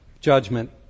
judgment